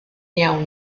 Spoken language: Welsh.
iawn